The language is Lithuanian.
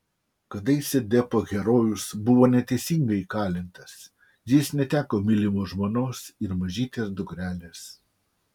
kadaise deppo herojus buvo neteisingai įkalintas jis neteko mylimos žmonos ir mažytės dukrelės